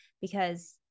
because-